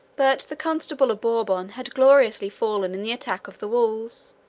but the constable of bourbon had gloriously fallen in the attack of the walls